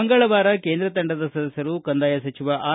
ಮಂಗಳವಾರ ಕೇಂದ್ರ ತಂಡದ ಸದಸ್ಯರು ಕಂದಾಯ ಸಚಿವ ಆರ್